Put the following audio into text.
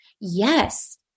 Yes